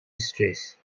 stress